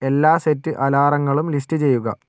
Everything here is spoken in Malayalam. എല്ലാ സെറ്റ് അലാറങ്ങളും ലിസ്റ്റ് ചെയ്യുക